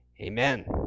amen